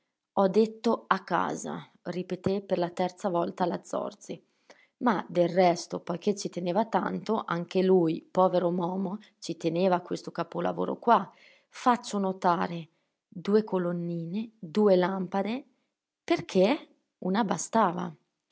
ho detto a casa ripeté per la terza volta la zorzi ma del resto poiché ci teneva tanto anche lui povero momo ci teneva a questo capolavoro qua faccio notare due colonnine due lampade perché una bastava